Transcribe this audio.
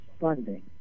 funding